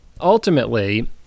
Ultimately